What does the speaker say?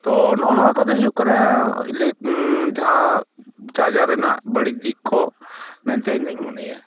ᱛᱚ ᱱᱚᱜᱼᱚ ᱱᱚᱣᱟ ᱠᱚᱜᱮ ᱦᱩᱭᱩᱜ ᱠᱟᱱᱟ ᱡᱟᱦᱟᱸ ᱪᱟᱨᱡᱟᱨ ᱨᱮᱱᱟᱜ ᱵᱟᱹᱲᱤᱡ ᱫᱤᱠ ᱠᱚ ᱢᱮᱱᱛᱮ ᱤᱧᱫᱩᱧ ᱢᱚᱱᱮᱭᱟ